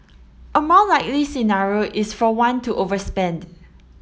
a more likely scenario is for one to overspend